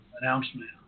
announcement